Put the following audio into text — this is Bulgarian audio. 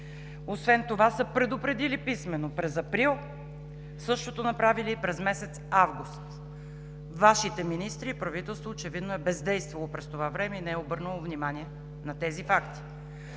Освен това са предупредили писмено през април. Същото направили и през месец август. Вашите министри и правителството очевидно е бездействало през това време и не е обърнало внимание на тези факти.